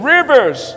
Rivers